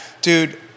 Dude